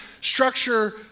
structure